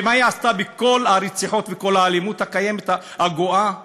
ומה היא עשתה בכל הרציחות וכל האלימות הקיימת הגואה?